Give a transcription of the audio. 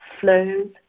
flows